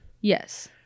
Yes